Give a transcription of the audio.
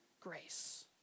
Grace